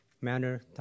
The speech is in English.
Manner